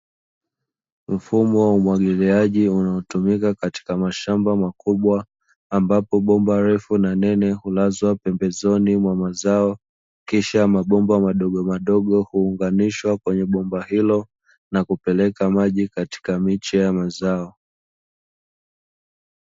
Mfumo wa umwagiliaji unaotumika katika mashamba makubwa, ambapo bomba refu na nene, hulazwa pembezoni mwa mazao kisha mabomba madogomadogo huunganishwa kwenye bomba hilo na kupeleka maji kati miche ya mazao.